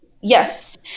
Yes